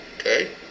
okay